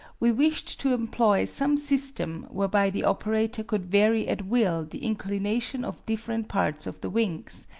we wished to employ some system whereby the operator could vary at will the inclination of different parts of the wings,